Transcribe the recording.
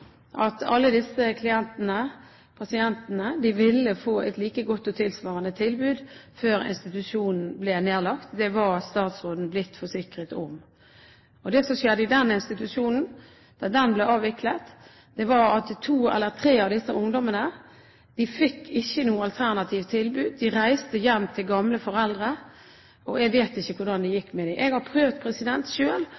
at alle disse klientene, pasientene, ville få et like godt og tilsvarende tilbud før institusjonen ble nedlagt. Det var statsråden blitt forsikret om. Det som skjedde i den institusjonen da den ble avviklet, var at to eller tre av disse ungdommene ikke fikk noe alternativt tilbud. De reiste hjem til gamle foreldre, og jeg vet ikke hvordan